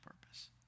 purpose